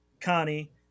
Connie